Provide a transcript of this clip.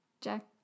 Jack